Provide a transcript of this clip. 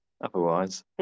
otherwise